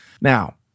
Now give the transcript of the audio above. Now